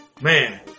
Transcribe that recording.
man